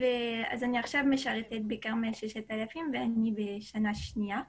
עכשיו אני משרתת בכרמל 6000 ואני בשנה שנייה לשירות.